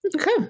Okay